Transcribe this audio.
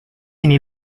ini